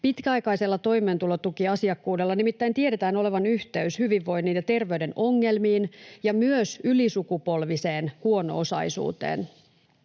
Pitkäaikaisella toimeentulotukiasiakkuudella nimittäin tiedetään olevan yhteys hyvinvoinnin ja terveyden ongelmiin ja myös ylisukupolviseen huono-osaisuuteen.